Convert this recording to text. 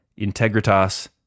integritas